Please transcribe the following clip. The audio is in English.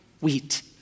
wheat